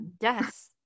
Yes